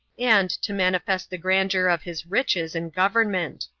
and to manifest the grandeur of his riches and government.